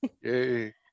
Yay